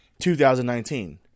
2019